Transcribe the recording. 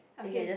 okay